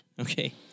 Okay